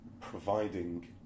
providing